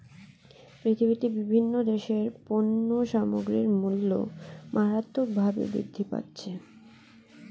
পৃথিবীতে বিভিন্ন দেশের পণ্য সামগ্রীর মূল্য মারাত্মকভাবে বৃদ্ধি পাচ্ছে